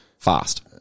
Fast